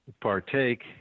partake